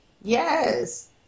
Yes